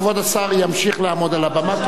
כבוד השר ימשיך לעמוד על הבמה.